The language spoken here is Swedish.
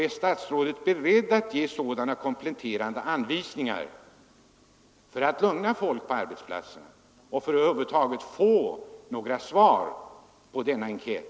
Är statsrådet beredd att ge sådana kompletterande anvisningar för att lugna folk på arbetsplatserna och för att över huvud taget få några svar på denna enkät?